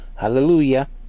hallelujah